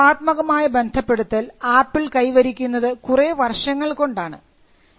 ഈയൊരു ഭാവാത്മകമായ ബന്ധപ്പെടുത്തൽ ആപ്പിൾ കൈവരിക്കുന്നത് കുറെ വർഷങ്ങൾ കൊണ്ടാണ്